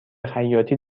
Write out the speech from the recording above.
خیاطی